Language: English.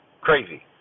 crazy